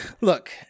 look